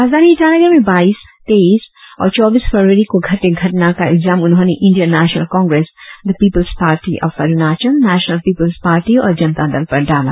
राजधानी ईटानगर में बाईस तेईस और चौबीस फरवरी को घटे घटना का इल्जाम उन्होंने Indian National Congress the People's Party of Arunachal National People's Party और जनता दल पर डाला